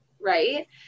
Right